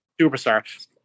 Superstar